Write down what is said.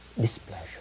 displeasure